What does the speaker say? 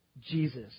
Jesus